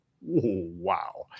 wow